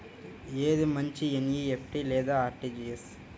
ఏది మంచి ఎన్.ఈ.ఎఫ్.టీ లేదా అర్.టీ.జీ.ఎస్?